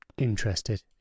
interested